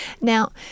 Now